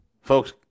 Folks